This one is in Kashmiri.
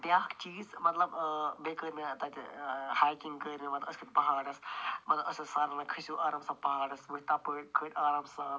بیٛاکھ چیٖز مطلب ٲں بیٚیہِ کٔر مےٚ تَتہِ ٲں ہایکِنٛگ کٔر اصٕل پَہاڑَس مطلب اسہِ ٲسۍ سَر ونان کٔھسیٛو آرام سان پہاڑَس ؤتھۍ تَپٲرۍ کھٔتۍ آرام سان